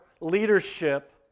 leadership